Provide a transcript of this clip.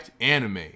anime